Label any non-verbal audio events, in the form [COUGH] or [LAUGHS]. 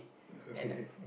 [LAUGHS] okay